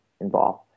involved